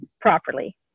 properly